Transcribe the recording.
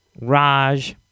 Raj